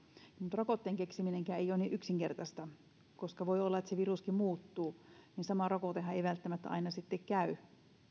rokotteen keksiminenkään ei ole niin yksinkertaista koska voi olla että viruskin muuttuu ja sama rokotehan ei välttämättä aina sitten käy